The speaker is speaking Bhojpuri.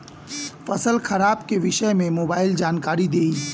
फसल खराब के विषय में मोबाइल जानकारी देही